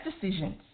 decisions